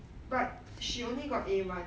but she only got al1